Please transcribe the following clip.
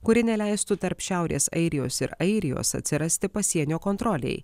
kuri neleistų tarp šiaurės airijos ir airijos atsirasti pasienio kontrolei